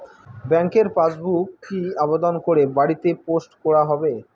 ব্যাংকের পাসবুক কি আবেদন করে বাড়িতে পোস্ট করা হবে?